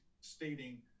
stating